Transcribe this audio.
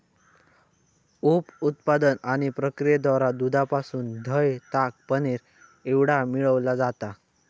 उप उत्पादन आणि प्रक्रियेद्वारा दुधापासून दह्य, ताक, पनीर एवढा मिळविला जाता